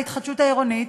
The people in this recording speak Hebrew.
להתחדשות העירונית,